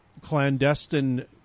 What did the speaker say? clandestine